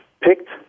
picked